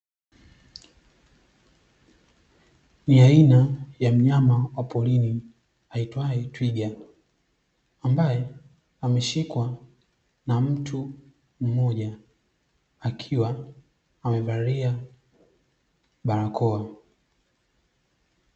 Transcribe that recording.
Ni aina ya mnyama wa porini aitwae twiga, ambae ameshikwa na mtu mmoja akiwa amevalia barakoa.